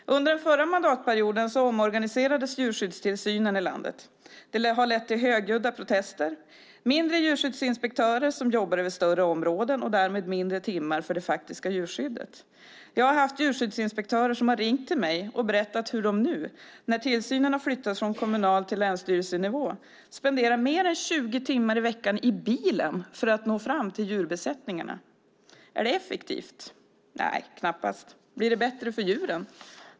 Under den förra mandatperioden omorganiserades djurskyddstillsynen i landet. Det har lett till högljudda protester, färre djurskyddsinspektörer som jobbar över större områden och därmed färre timmar för det faktiska djurskyddet. Jag har hört djurskyddsinspektörer som har ringt mig och berättat om hur de nu när tillsynen har flyttats från kommunal till länsstyrelsenivå spenderar mer än 20 timmar i veckan i bilen för att nå fram till djurbesättningarna. Är det effektivt? Nej, knappast. Blir det bättre för djuren?